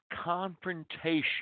confrontation